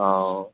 অঁ